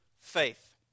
faith